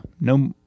No